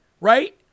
Right